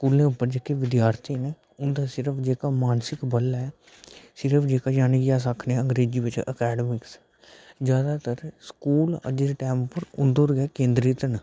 स्कूलें च जेह्ड़े विद्यार्थी न उंदा जेह्का मानसिक बल ऐ सिर्फ आक्खनै आं जिनेंगी अस अंग्रेज़ी बिच अकैडमिक्स अज्ज स्कूल जेह्के जादैतर उंदे उप्पर गै केंद्रित न